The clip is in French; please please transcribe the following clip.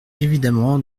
évidemment